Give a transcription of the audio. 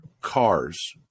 cars